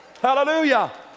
Hallelujah